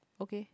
okay